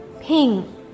Ping